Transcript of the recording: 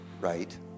right